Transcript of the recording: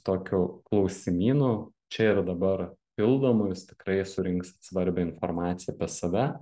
tokiu klausimynu čia ir dabar pildomu jūs tikrai surinksit svarbią informaciją apie save